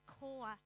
core